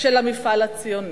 של המפעל הציוני.